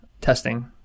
testing